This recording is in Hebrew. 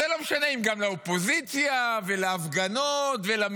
זה לא משנה אם זו גם האופוזיציה, ההפגנות והמחאה,